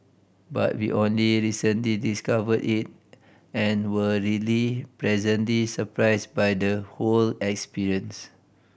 but we only recently discovered it and were really pleasantly surprised by the whole experience